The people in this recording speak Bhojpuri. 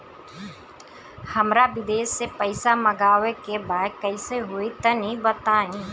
हमरा विदेश से पईसा मंगावे के बा कइसे होई तनि बताई?